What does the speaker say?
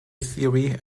theory